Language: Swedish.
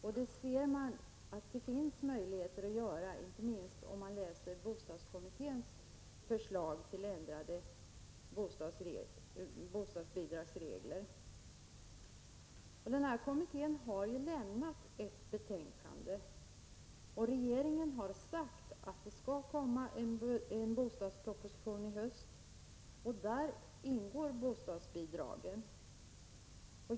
Och man kan se att det finns möjligheter till det, inte minst om man läser bostadskommitténs förslag till ändrade bostadsbidragsregler. Den kommittén har lämnat ett betänkande och regeringen har sagt att en bostadsproposition kommer i höst. I den skall ingå förslag till nya regler om bostadsbidragen.